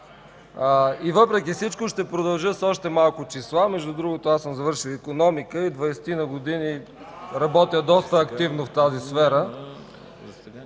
Въпреки всичко ще продължа с още малко числа. Между другото аз съм завършил икономика и дванадесетина година работя доста активно в тази сфера.